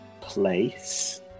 place